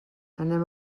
anem